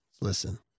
listen